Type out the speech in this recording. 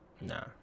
Nah